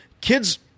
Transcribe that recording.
kids